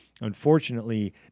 Unfortunately